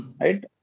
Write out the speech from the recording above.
right